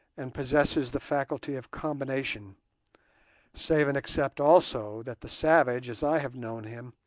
and possesses the faculty of combination save and except also that the savage, as i have known him,